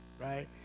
Right